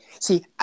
See